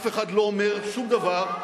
אף אחד לא אומר שום דבר,